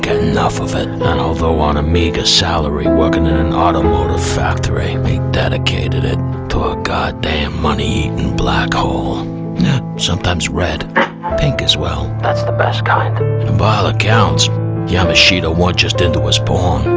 enough of it and although on a meager salary working in an automotive factory he dedicated it to a god damn money in black hole sometimes red pink as well that's the best kind and by all accounts yamashita wasn't just into his porn,